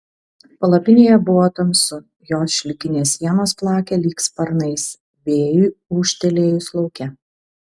palapinėje buvo tamsu jos šilkinės sienos plakė lyg sparnais vėjui ūžtelėjus lauke